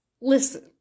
Listen